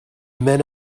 men